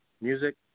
music